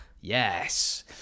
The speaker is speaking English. yes